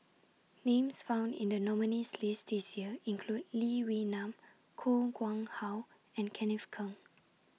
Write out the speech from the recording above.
Names found in The nominees' list This Year include Lee Wee Nam Koh Nguang How and Kenneth Keng